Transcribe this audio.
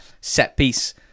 set-piece